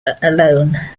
alone